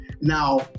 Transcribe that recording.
Now